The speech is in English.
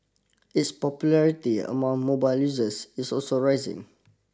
its popularity among mobile users is also rising